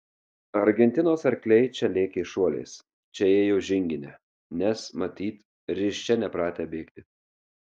argentinos arkliai čia lėkė šuoliais čia ėjo žingine nes matyt risčia nepratę bėgti